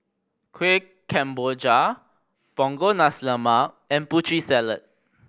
Kuih Kemboja Punggol Nasi Lemak and Putri Salad